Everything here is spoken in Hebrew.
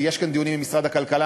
ויש כאן דיונים עם משרד הכלכלה.